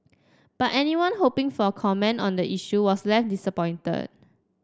but anyone hoping for a comment on the issue was left disappointed